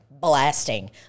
blasting